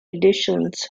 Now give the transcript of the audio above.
additions